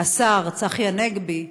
השר צחי הנגבי,